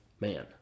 man